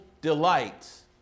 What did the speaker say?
delights